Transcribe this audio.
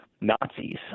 Nazis